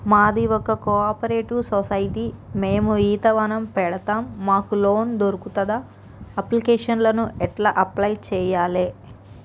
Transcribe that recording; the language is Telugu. మాది ఒక కోఆపరేటివ్ సొసైటీ మేము ఈత వనం పెడతం మాకు లోన్ దొర్కుతదా? అప్లికేషన్లను ఎట్ల అప్లయ్ చేయాలే?